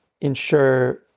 ensure